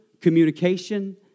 communication